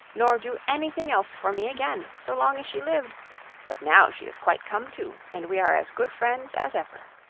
nor do any thing else for me again, so long as she lived but now she is quite come to, and we are as good friends as ever.